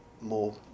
more